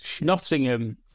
Nottingham